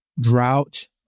drought